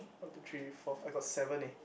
one two three four five I got seven eh